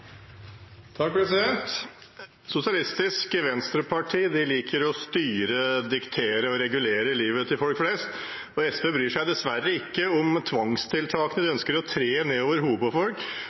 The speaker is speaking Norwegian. Sosialistisk Venstreparti liker å styre, diktere og regulere livet til folk flest. SV bryr seg dessverre ikke om at tvangstiltakene de ønsker å tre